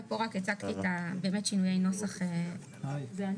ופה רק הצגתי שינויי נוסח קטנים.